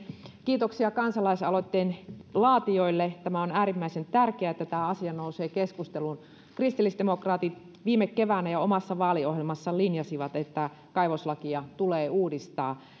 kiitoksia kansalaisaloitteen laatijoille on äärimmäisen tärkeää että tämä asia nousee keskusteluun kristillisdemokraatit viime keväänä ja omassa vaaliohjelmassaan linjasivat että kaivoslakia tulee uudistaa